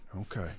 Okay